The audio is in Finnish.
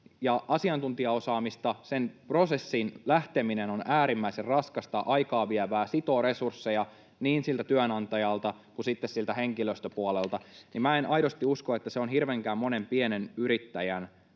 ja asiantuntijaosaamista. Kun siihen prosessiin lähteminen on äärimmäisen raskasta, aikaa vievää ja sitoo resursseja niin siltä työnantajalta kuin sitten sieltä henkilöstön puolelta, niin minä en aidosti usko, että se on hirveänkään monen pienen yrittäjän,